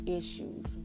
issues